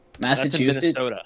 Massachusetts